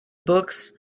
books